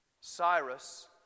Cyrus